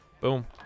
Boom